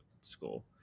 school